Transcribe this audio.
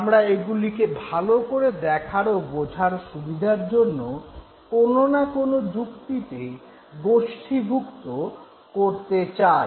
আমরা এগুলিকে ভাল করে দেখার ও বোঝার সুবিধার জন্য কোনো না কোনো যুক্তিতে গোষ্ঠীভুক্ত করতে চাই